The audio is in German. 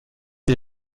ihr